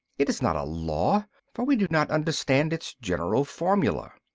it is not a law, for we do not understand its general formula.